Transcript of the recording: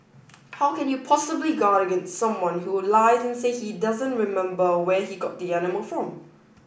how can you possibly guard against someone who lies and say he doesn't remember where he got the animal from